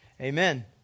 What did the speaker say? Amen